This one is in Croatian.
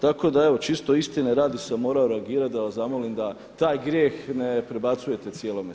Tako da evo čisto istine radi sam morao reagirati da vas zamolim da taj grijeh ne prebacujete cijelome Saboru.